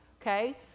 okay